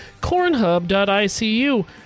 cornhub.icu